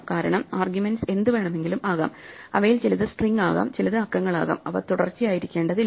കാരണം ആർഗ്യുമെന്റ്സ് എന്ത് വേണമെങ്കിലും ആകാം അവയിൽ ചിലത് സ്ട്രിംഗ് ആകാം ചിലത് അക്കങ്ങളാകാം അവ തുടർച്ചയായിരിക്കേണ്ടതില്ല